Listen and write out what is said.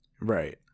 right